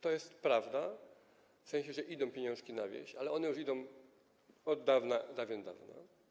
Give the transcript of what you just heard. To jest prawda w sensie, że idą pieniążki na wieś, ale one już idą od dawien dawna.